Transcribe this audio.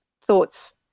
thoughts